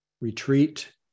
retreat